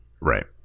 Right